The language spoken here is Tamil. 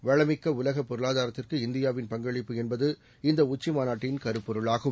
வளமிக்கஉலகப் பொருளாதாரத்திற்கு இந்தியாவின் பங்களிப்பு என்பது இந்தஉச்சிமாநாட்டின் கருப்பொருளாகும்